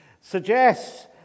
suggests